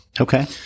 Okay